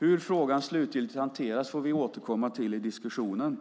Hur frågan slutgiltigt hanteras får vi återkomma till i diskussionen,